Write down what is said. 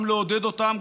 גם לעודד אותם,